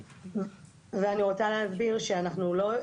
ואני רוצה להסביר שאנחנו לא,